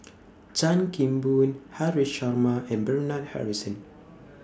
Chan Kim Boon Haresh Sharma and Bernard Harrison